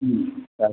चालेल